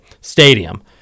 Stadium